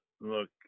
look